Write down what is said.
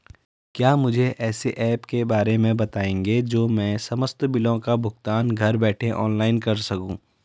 क्या मुझे ऐसे ऐप के बारे में बताएँगे जो मैं समस्त बिलों का भुगतान घर बैठे ऑनलाइन कर सकूँ?